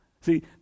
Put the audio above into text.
See